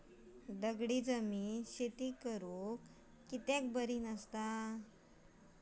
दगडी जमीन शेती करुक कित्याक बरी नसता?